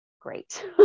great